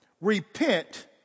Repent